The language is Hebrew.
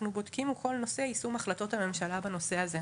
כל נושא יישום החלטות הממשלה בנושא הזה.